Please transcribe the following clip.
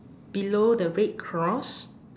below the red cross